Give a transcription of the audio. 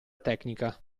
tecnica